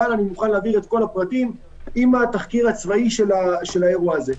אבל אני מוכן להעביר את כל הפרטים עם התחקיר הצבאי של האירוע הזה.